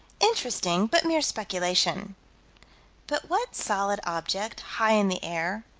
interesting, but mere speculation but what solid object, high in the air,